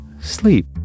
sleep